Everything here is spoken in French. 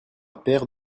paire